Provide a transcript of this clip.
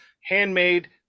handmade